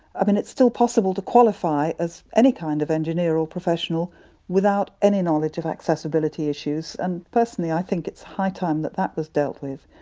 i mean it's still possible to qualify as any kind of engineer or professional without any knowledge of accessibility issues and personally i think it's high time that that was dealt with,